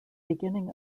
beginning